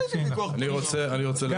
עכשיו.